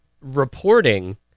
reporting